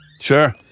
Sure